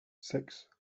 six